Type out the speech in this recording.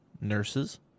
nurses